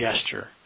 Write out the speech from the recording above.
gesture